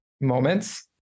moments